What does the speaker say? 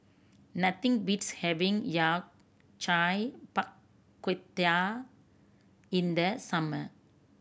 nothing beats having Yao Cai Bak Kut Teh in the summer